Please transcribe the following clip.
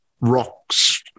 rock's